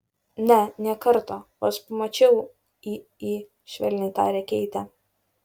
ne nė karto vos pamačiau į į švelniai tarė keitė